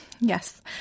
Yes